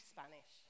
Spanish